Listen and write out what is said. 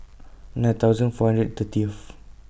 nine thousand four hundred thirtieth